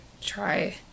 try